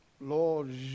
Lord